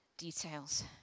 details